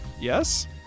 Yes